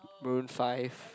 Maroon-Five